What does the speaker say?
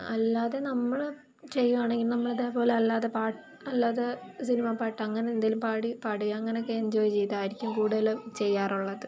അല്ലാതെ നമ്മൾ ചെയ്യുവാണെങ്കിൽ നമ്മൾ ഇതേപോലെ അല്ലാതെ പാട്ട് അല്ലാതെ സിനിമ പാട്ട് അങ്ങനെ എന്തെങ്കിലും പാടി പാടി അങ്ങനെയൊക്കെ എൻജോയ് ചെയ്ത് ആയിരിക്കും കൂടുതലും ചെയ്യാറുള്ളത്